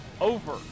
over